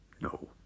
No